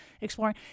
exploring